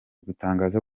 gutangaza